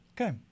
okay